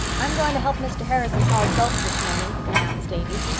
i'm going to help mr. harrison haul dulse this morning, announced davy.